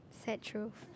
that's true